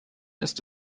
ist